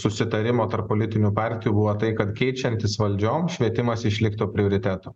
susitarimo tarp politinių partijų buvo tai kad keičiantis valdžioms švietimas išliktų prioritetu